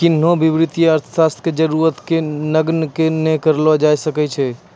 किन्हो भी वित्तीय अर्थशास्त्र के जरूरत के नगण्य नै करलो जाय सकै छै